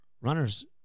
Runners